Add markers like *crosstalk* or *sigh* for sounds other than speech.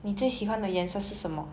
*breath*